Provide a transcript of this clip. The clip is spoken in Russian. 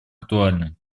актуальным